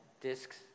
discs